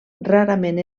rarament